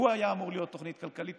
והוא היה אמור להיות תוכנית כלכלית,